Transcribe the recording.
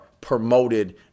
promoted